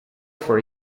for